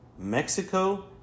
Mexico